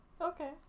okay